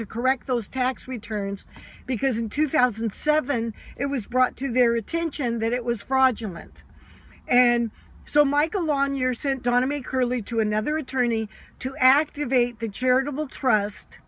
to correct those tax returns because in two thousand and seven it was brought to their attention that it was fraudulent and so michael on your sent on to me curly to another attorney to activate the charitable trust